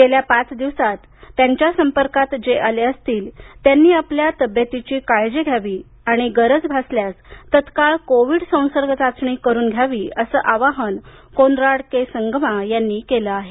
गेल्या पाच दिवसात त्यांच्या संपर्कात जे आले असतील त्यांनी आपल्या तब्बेतीची काळजी घ्यावी आणि गरज भासल्यास तत्काळ कोविड संसर्ग चाचणी करून घ्यावी असं आवाहन त्यांनी केलं आहे